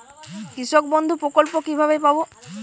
কৃষকবন্ধু প্রকল্প কিভাবে পাব?